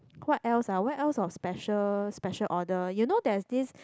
what else ah what else of special special order you know there's this